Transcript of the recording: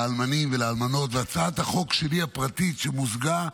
לאלמנים ולאלמנות, והצעת החוק הפרטית שלי שמוזגה,